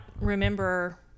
remember